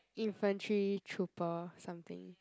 infantry trooper something